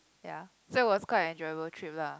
ya so it was kind of enjoyable trip lah